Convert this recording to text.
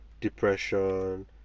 Depression